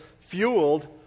fueled